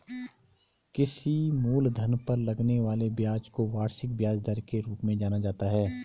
किसी मूलधन पर लगने वाले ब्याज को वार्षिक ब्याज दर के रूप में जाना जाता है